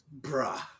Bruh